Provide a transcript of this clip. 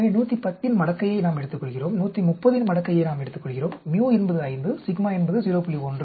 எனவே 110 இன் மடக்கையை நாம் எடுத்துக்கொள்கிறோம் 130 இன் மடக்கையை நாம் எடுத்துக்கொள்கிறோம் μ என்பது 5 என்பது 0